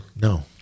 No